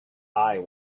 eye